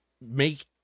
make